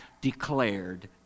declared